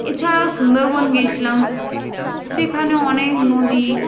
এছাড়াও সুন্দরবন গিয়েছিলাম সেখানে অনেক নদী